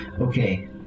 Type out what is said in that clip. Okay